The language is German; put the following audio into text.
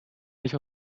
nicht